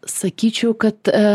sakyčiau kad a